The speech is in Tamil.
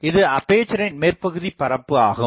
இது அப்பேசரின் மேற்பகுதி பரப்பாகும்